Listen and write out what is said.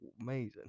amazing